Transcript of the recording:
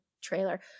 trailer